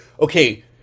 okay